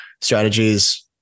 strategies